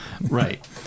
right